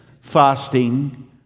fasting